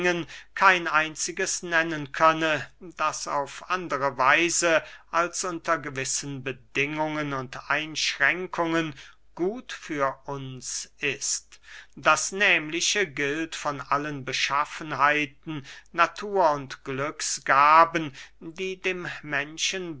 kein einziges nennen könne das auf andre weise als unter gewissen bedingungen und einschränkungen gut für uns ist das nehmliche gilt von allen beschaffenheiten natur und glücksgaben die dem menschen